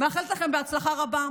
מאחלת לכם בהצלחה רבה.